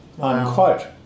unquote